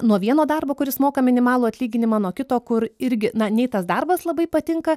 nuo vieno darbo kuris moka minimalų atlyginimą nuo kito kur irgi na nei tas darbas labai patinka